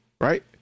right